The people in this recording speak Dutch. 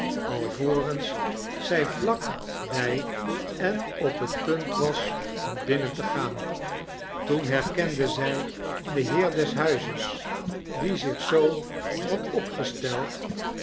alvorens zij vlak bij en op het punt was om binnen te gaan toen herkende zij den heer des huizes die zich zoo had opgesteld